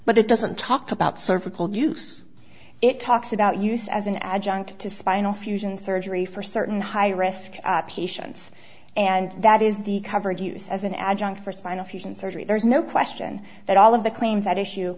but it doesn't talk about cervical juice it talks about use as an adjunct to spinal fusion surgery for certain high risk patients and that is the coverage use as an adjunct for spinal fusion surgery there's no question that all of the claims that issue